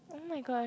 oh my gosh